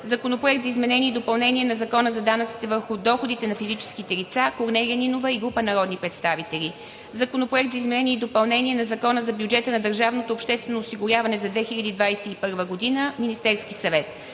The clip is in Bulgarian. Законопроект за изменение и допълнение на Закона за данъците върху доходите на физическите лица – народните представители Корнелия Нинова и група народни представители. Законопроект за изменение и допълнение на Закона за бюджета на държавното обществено осигуряване за 2021 г. Вносител – Министерският съвет.